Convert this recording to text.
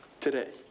today